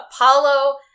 Apollo